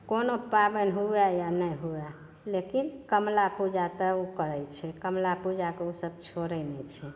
कोनो पाबनि हुए या नहि हुए लेकिन कमला पूजा तऽ ओ करै छै कमला पूजाकेँ ओसभ छोड़ै नहि छै